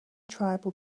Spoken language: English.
tribal